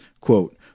quote